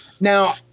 Now